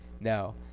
Now